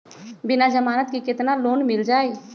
बिना जमानत के केतना लोन मिल जाइ?